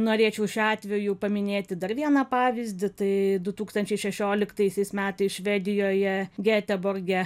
norėčiau šiuo atveju paminėti dar vieną pavyzdį tai du tūkstančiai šešioliktaisiais metais švedijoje geteborge